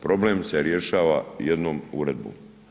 Problem se rješava jednom uredbom.